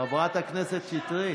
חברת הכנסת שטרית.